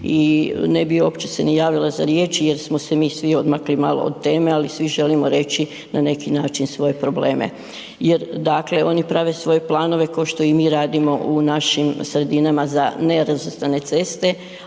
i ne bi uopće se ni javila za riječ jer smo se mi svi odmakli malo od teme ali svi želimo reći na neki način svoje probleme, jer dakle oni prave svoje planove košto i mi radimo u našim sredinama za nerazvrstane ceste,